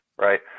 right